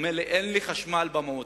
אומר לי: אין לי חשמל במועצה.